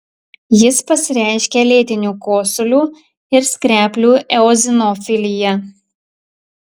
jis pasireiškia lėtiniu kosuliu ir skreplių eozinofilija